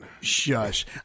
Shush